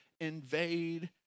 invade